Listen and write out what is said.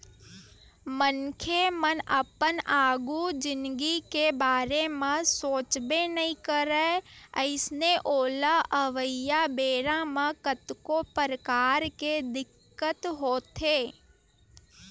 मनखे मन अपन आघु जिनगी के बारे म सोचबे नइ करय अइसन ओला अवइया बेरा म कतको परकार के दिक्कत होथे